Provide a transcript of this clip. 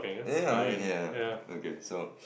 ya I mean ya okay so